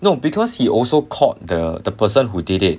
no because he also caught the the person who did it